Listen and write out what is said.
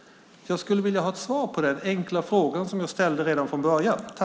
Jag skulle vilja ha ett svar på denna enkla fråga som jag ställde redan inledningsvis.